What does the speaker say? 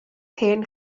hen